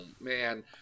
man